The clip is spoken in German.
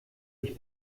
ich